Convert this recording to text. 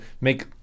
make